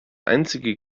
einzige